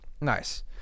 nice